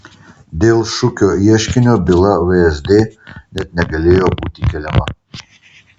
dėl šukio ieškinio byla vsd net negalėjo būti keliama